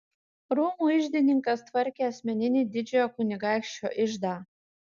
rūmų iždininkas tvarkė asmeninį didžiojo kunigaikščio iždą